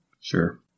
Sure